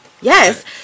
Yes